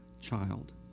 child